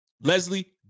Leslie